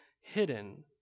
hidden